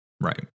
Right